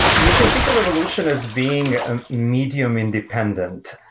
you can think of evolution as being medium independent.